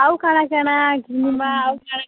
ଆଉ କା'ଣା କା'ଣା ଘିନ୍ମା ଆଉ କା'ଣା